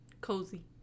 cozy